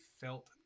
felt